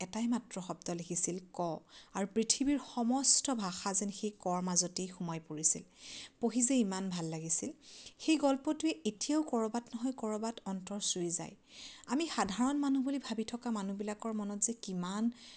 এটাই মাত্ৰ শব্দ লিখিছিল 'ক' আৰু পৃথিৱীৰ সমস্ত ভাষা যেন সেই 'ক'ৰ মাজতেই সোমাই পৰিছিল পঢ়ি যে ইমান ভাল লাগিছিল সেই গল্পটোৱে এতিয়াও ক'ৰবাত নহয় ক'ৰবাত অন্তৰ চুই যায় আমি সাধাৰণ মানুহ বুলি ভাবি থকা মানুহবিলাকৰ মনত যে কিমান